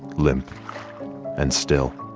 limp and still